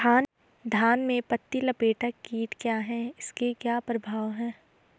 धान में पत्ती लपेटक कीट क्या है इसके क्या प्रभाव हैं?